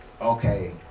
okay